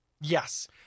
Yes